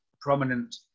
prominent